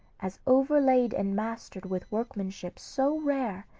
as overlaid and mastered with workmanship so rare,